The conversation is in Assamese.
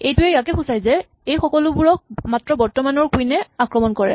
এইটোৱে ইয়াকে সূচায় যে এই সকলোবোৰক মাত্ৰ বৰ্তমানৰ কুইন এ আক্ৰমণ কৰে